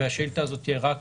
והשאילתה הזאת תהיה רק